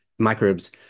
Microbes